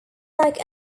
like